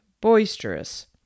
boisterous